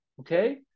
Okay